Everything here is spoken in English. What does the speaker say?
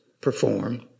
perform